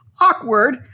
awkward